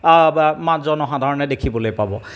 আমাৰ জনসাধাৰণে দেখিবলৈ পাব